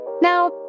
Now